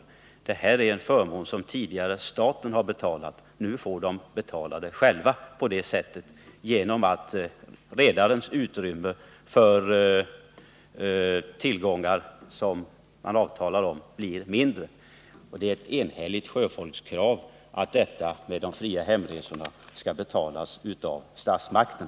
De fria hemresorna var en förmån som tidigare staten hade betalat, men nu får de som skall résa hem betala dem själva i den mån som redarens utrymme för att genom avtal åta sig att bevilja förmåner blir mindre. Det är därför ett enhälligt sjöfolkskrav att de fria hemresorna skall betalas av statsmakten.